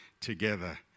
together